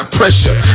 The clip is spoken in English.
pressure